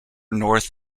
north